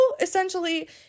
essentially